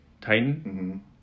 Titan